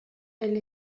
elle